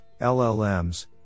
LLMs